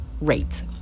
rate